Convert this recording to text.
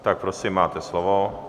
Tak prosím, máte slovo.